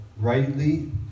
rightly